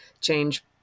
change